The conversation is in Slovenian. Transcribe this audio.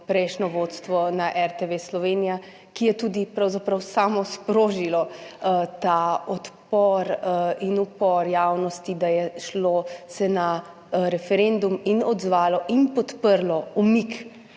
prejšnje vodstvo na RTV Slovenija, ki je pravzaprav tudi samo sprožilo ta odpor in upor javnosti, da se je šlo na referendum in odzvalo in podprlo umik